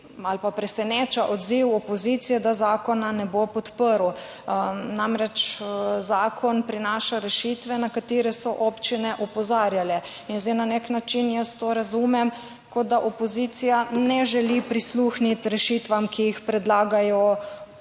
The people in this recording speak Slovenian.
ali pa preseneča odziv opozicije, da zakona ne bo podprla. Namreč, zakon prinaša rešitve, na katere so občine opozarjale, in zdaj na nek način jaz to razumem, kot da opozicija ne želi prisluhniti rešitvam, ki jih predlagajo same občine.